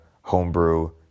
Homebrew